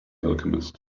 alchemist